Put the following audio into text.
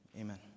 Amen